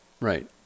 right